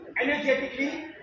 energetically